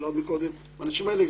עוד קודם, האנשים האלה,